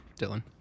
Dylan